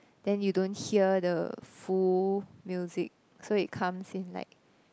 then you don't hear the full music so it comes in like